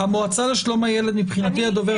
המועצה לשלום הילד מבחינתי הדוברת האחרונה.